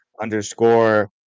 underscore